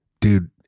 Dude